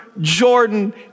Jordan